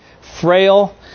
frail